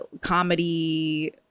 comedy